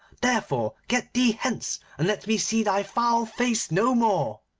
therefore get thee hence, and let me see thy foul face no more